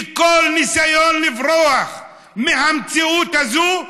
וכל ניסיון לברוח מהמציאות הזו,